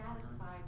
satisfied